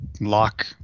lock